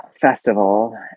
festival